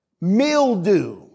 Mildew